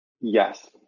Yes